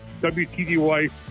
WTDY